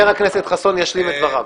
חבר הכנסת חסון ישלים את דבריו.